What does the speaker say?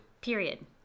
period